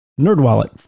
NerdWallet